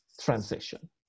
transition